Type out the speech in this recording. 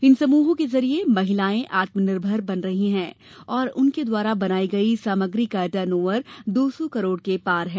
इन समूहों के जरिये महिलाएं आत्मनिर्भर बन रही है और उनके द्वारा बनायी गयी सामग्री का टर्न ओवर दौ सौ करोड़ के पार है